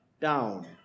down